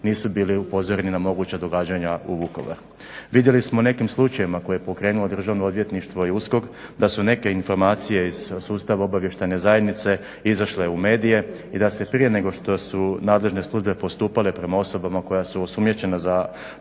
nisu bili upozoreni na moguća događanja u Vukovaru. Vidjeli smo nekim slučajevima koje je pokrenulo državno odvjetništvo i USKOK da su neke informacije iz sustava obavještajne zajednice izašle u medije i da se prije nego što su nadležne službe postupale prema osobama koje su osumnjičena za